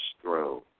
throne